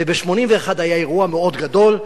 וב-1981 היה אירוע מאוד גדול,